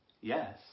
Yes